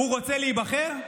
הוא רוצה להיבחר?